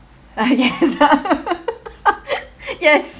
ah yes yes